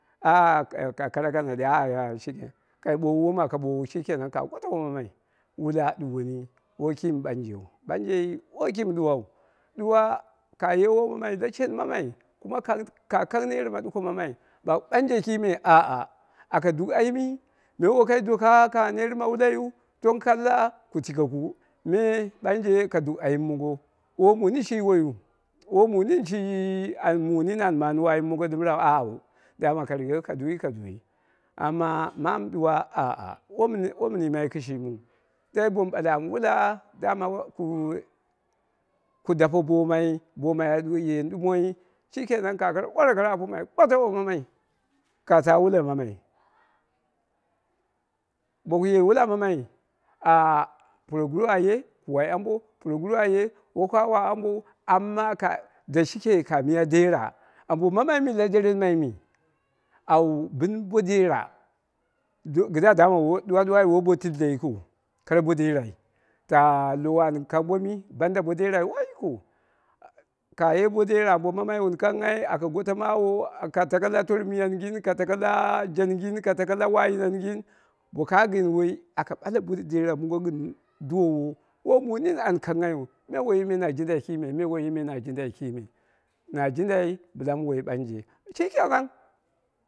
Ah kara kanadi ahah kara kanadi shi kenan, boko ɓoowu wom aka ɓoowu shi kenan kara goto ammamai wu la a ɗuwoni woi ki mɨ ɓanjeu, ɓanjei woi ki mɨ ɗuwau, ɗuwa kaye woma mai la shen mammai har ka kang ner ma ɗuko mammai ɓanje kime aa aka duu ayimi me wokai doka kang ngha net wulaiyu tong kalla ku tikeku me ɓanje ka duu ayim mongo woi mu nini shi wo'yu woi mu nini an manɨgo ayim mongo rau auro dama ka rigeko ka duwi ka duwi. maa mu ɗuwa ah ah womun yimai kɨshimiu dai bomu ɓale am wulaa ku dape boomai ayen ɗumoi shi kenan ka kara wore apomai goto womamai ka taa wula mammai, boku wula mammai ah puroguru aye ku wai ambo, puroguru aye woi ka wol ambou amma ka dashike ka miya dera womamai mɨ la deren mai me au bɨn bo tilde yikiu kara bo derai ta lowo an kang bo mi banda bo derai woi yikiu. Kaye bo dera ambo mammai wun kangnghai aka gotomawo aka ta ɗa tormiya ngin, ka tako ɗa yi janggin, ka tako la wayinangin boka gɨn woi, aka bale bo dera mongo gɨn duwowo woi mu nini an kangnghai yu me woi na jindai ki me woiyi me na jindai kime, na jin dai bɨla wai ɓanje shi kenan.